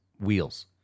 wheels